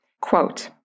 Quote